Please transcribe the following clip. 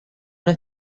una